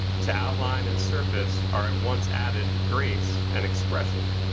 to outline and surface are at once added, grace and expression.